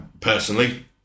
personally